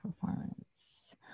performance